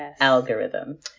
algorithm